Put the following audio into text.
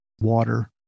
water